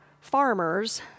farmers